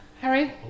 Harry